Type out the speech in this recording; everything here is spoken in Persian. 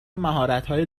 مهارتهای